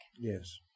Yes